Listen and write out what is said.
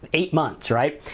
ah eight months, right?